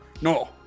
no